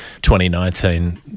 2019